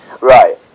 right